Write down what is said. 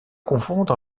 confondre